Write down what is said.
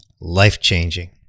life-changing